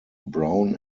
brown